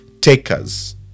takers